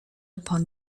upon